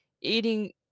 eating